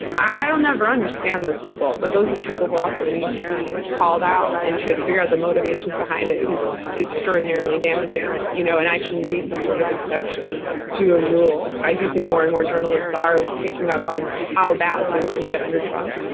i i will never understand those people, but those of people who also need to be called out and try to figure out the motivations behind it, because it's extraordinarily damaging, you know and i shouldn't be some sort of exception to a rule. i do think more and more journalists are picking up on how bad things can get under trump.